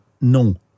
non